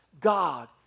God